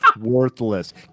Worthless